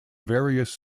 various